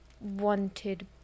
wanted